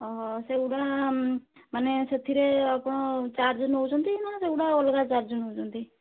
ହଁ ସେଇଗୁଡ଼ା ମାନେ ସେଥିରେ ଆପଣ ଚାର୍ଜ୍ ନେଉଛନ୍ତି ନା ସେଗୁଡ଼ା ଅଲଗା ଚାର୍ଜ୍ ନେଉଛନ୍ତି